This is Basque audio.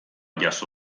jaso